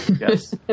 Yes